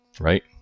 right